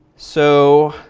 so,